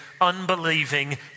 unbelieving